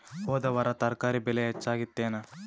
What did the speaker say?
ಹೊದ ವಾರ ತರಕಾರಿ ಬೆಲೆ ಹೆಚ್ಚಾಗಿತ್ತೇನ?